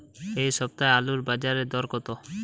এ সপ্তাহে আলুর বাজারে দর কত?